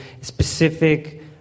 specific